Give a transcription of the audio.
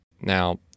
Now